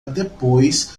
depois